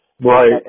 Right